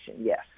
Yes